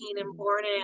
important